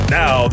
now